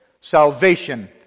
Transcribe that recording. Salvation